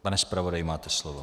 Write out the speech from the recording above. Pane zpravodaji, máte slovo.